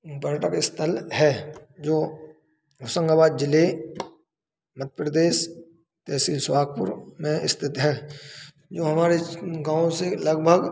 पर्यटक स्थल है जो होशंगाबाद ज़िले मध्य प्रदेश तहसील सुहागपुर में स्तिथ है जो हमारे गाँव से लगभग